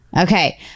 Okay